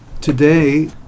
Today